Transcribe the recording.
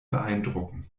beeindrucken